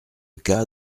cas